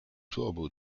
turbo